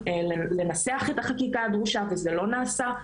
לנסח את החקיקה הדרושה וזה לא נעשה,